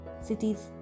cities